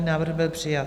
Návrh byl přijat.